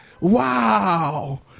Wow